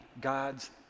God's